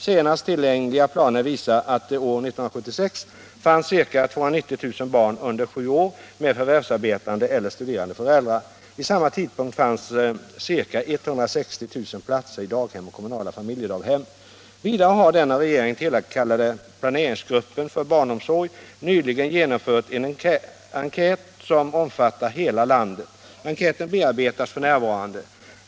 Senast tillgängliga planer visar att det år 1976 fanns ca 290 000 barn under 7 år med förvärvsarbetande eller studerande föräldrar. Vid samma tidpunkt fanns ca 160 000 platser i daghem och kommunala familjedaghem. Vidare har den av regeringen tillkallade planeringsgruppen för barnomsorg nyligen genomfört en enkät som omfattar hela landet. Enkäten bearbetas f. n.